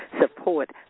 support